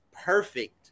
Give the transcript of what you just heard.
perfect